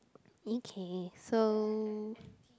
okay so